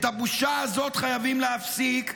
את הבושה הזאת חייבים להפסיק.